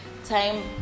time